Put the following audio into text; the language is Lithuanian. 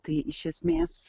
tai iš esmės